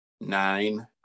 Nine